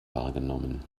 wahrgenommen